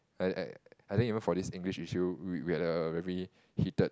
I I I think even for this English issue we we have a very heated